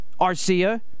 Arcia